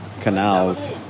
canals